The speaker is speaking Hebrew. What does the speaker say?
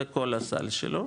זה כל הסל שלו,